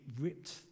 ripped